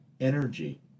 energy